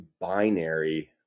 binary